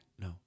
No